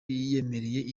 yiyemerera